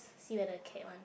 see whether the cat want